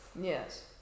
Yes